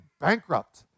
bankrupt